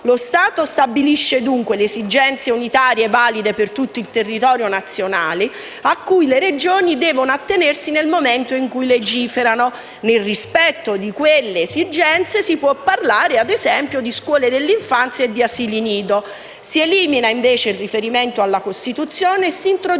dunque, stabilisce le esigenze unitarie, valide per tutto il territorio nazionale, cui le Regioni devono attenersi nel momento in cui legiferano. Nel rispetto di quelle esigenze si può parlare, ad esempio, di scuole dell'infanzia e di asili nido. Si elimina, invece, il riferimento alla Costituzione e si introduce